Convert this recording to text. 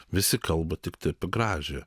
visi kalba tiktai apie gražiąją